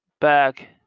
back